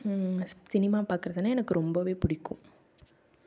cinema பார்க்குறதுனா எனக்கு ரொம்பவே பிடிக்கும்